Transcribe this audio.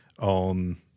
on